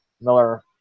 Miller